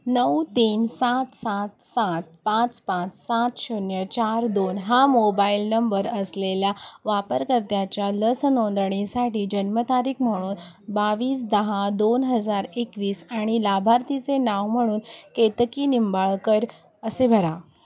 नऊ तीन सात सात सात पाच पाच सात शून्य चार दोन हा मोबाईल नंबर असलेल्या वापरकर्त्याच्या लस नोंदणीसाठी जन्मतारीख म्हणून बावीस दहा दोन हजार एकवीस आणि लाभार्थीचे नाव म्हणून केतकी निंबाळकर असे भरा